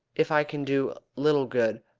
if i can do little good,